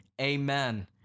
amen